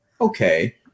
okay